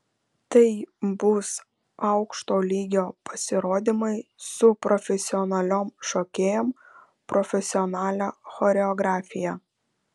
tai bus aukšto lygio pasirodymai su profesionaliom šokėjom profesionalia choreografija